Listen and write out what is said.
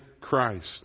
Christ